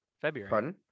february